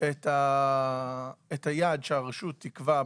את היעד שהרשות תקבע בתוכניות,